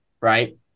right